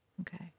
Okay